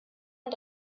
und